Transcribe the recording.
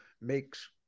makes